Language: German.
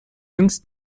jüngst